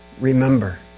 Remember